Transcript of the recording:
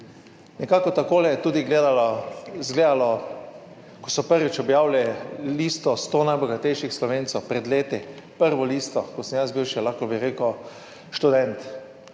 Nekako takole je tudi gledala, izgledalo, ko so prvič objavili listo 100 najbogatejših Slovencev, pred leti prvo listo, ko sem jaz bil še, lahko bi rekel, študent.